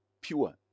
Pure